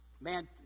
man